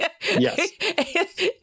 Yes